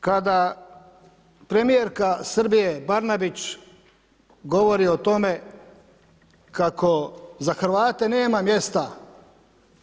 Kada premijerka Srbije Barnabić govori o tome kako za Hrvate nema mjesta